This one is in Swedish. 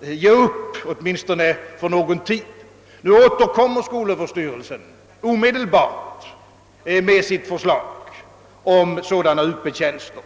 ge upp, åtminstone för någon tid. Nu kommer skolöverstyrelsen omedelbart tillbaka med sitt förslag om Up-tjänster.